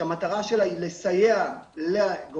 שהמטרה שלה היא לסייע לגורמים,